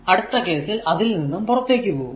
അടുത്ത കേസിൽ അതിൽ നിന്നും പുറത്തേക്കു പോകുന്നു